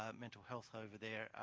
ah mental health over there,